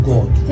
God